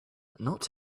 not